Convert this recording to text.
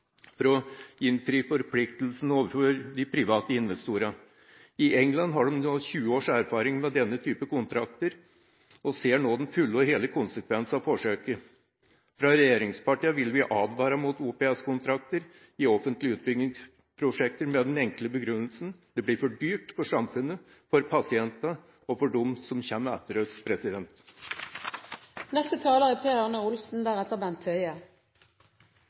for å innfri forpliktelsene overfor de private investorene. I England har de 20 års erfaring med denne type kontrakter og ser nå den fulle og hele konsekvens av forsøket. Fra regjeringspartiene vil vi advare mot OPS-kontrakter i offentlige utbyggingsprosjekter med den enkle begrunnelsen: Det blir for dyrt for samfunnet, for pasientene og for dem som kommer etter oss. Bakgrunnen for de sakene vi nå behandler, er